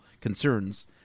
concerns